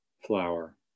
flower